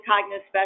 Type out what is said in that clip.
cognitive